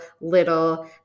little